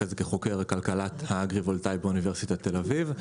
אחר כך כחוקר כלכלת האגרי-וולטאי באוניברסיטת תל אביב,